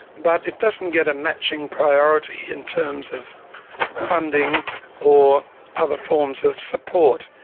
but it doesn't get a matching priority in terms of funding or other forms of support.